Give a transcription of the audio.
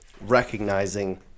recognizing